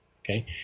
Okay